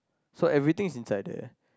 so everything is inside there